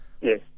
Yes